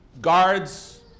Guards